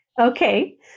Okay